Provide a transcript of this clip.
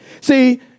See